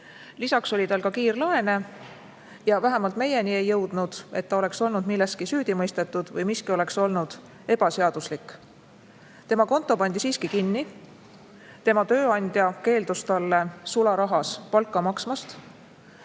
lisaks oli tal kiirlaene. Vähemalt meieni ei ole jõudnud [info], et ta oleks olnud milleski süüdi mõistetud või et miski oleks olnud ebaseaduslik. Tema konto pandi kinni. Tema tööandja keeldus talle sularahas palka maksmast.